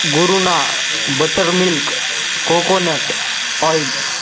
गुरुना buttermilk coconut oil